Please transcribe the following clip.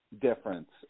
difference